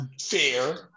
fair